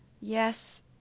yes